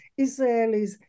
Israelis